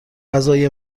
غذای